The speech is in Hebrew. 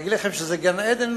להגיד לכם שזה גן-עדן?